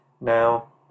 now